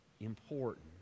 important